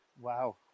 Wow